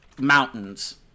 mountains